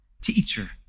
teacher